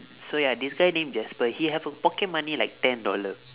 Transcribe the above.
so ya this guy name jasper he have a pocket money like ten dollar